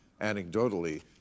anecdotally